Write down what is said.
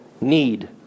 need